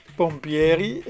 pompieri